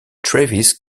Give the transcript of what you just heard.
travis